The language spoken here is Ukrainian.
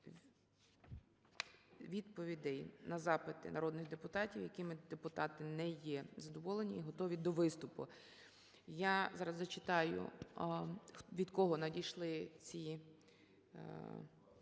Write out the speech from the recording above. відповідей на запити народних депутатів, якими депутати не є задоволені і готові до виступу. Я зараз зчитаю від кого надійшли ці